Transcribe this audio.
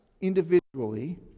individually